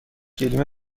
گلیم